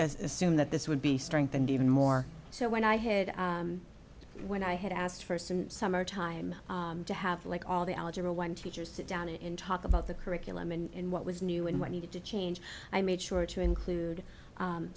assume that this would be strengthened even more so when i head when i had asked for some summer time to have like all the algebra one teacher sit down and talk about the curriculum and what was new and what needed to change i made sure to include